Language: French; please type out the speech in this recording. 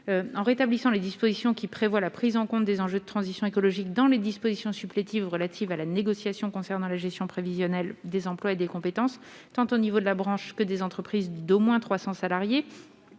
en rétablissant les dispositions qui prévoient la prise en compte des enjeux de transition écologique dans les dispositions supplétives relatives à la négociation concernant la gestion prévisionnelle des emplois et des compétences, tant au niveau de la branche que des entreprises d'au moins 300 salariés